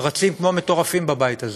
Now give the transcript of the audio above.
רצים כמו מטורפים בבית הזה.